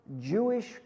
Jewish